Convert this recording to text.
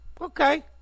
Okay